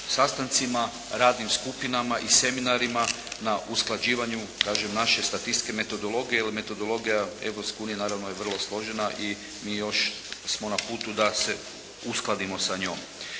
sastancima, radnim skupinama i seminarima, na usklađivanju, kažem naše statističke metodologije, jer metodologija Europske unije je naravno vrlo složena, mi još smo na putu da se uskladimo sa njom.